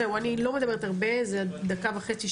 זהו, אני לא מדברת הרבה, דקה וחצי שלי.